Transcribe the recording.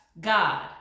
God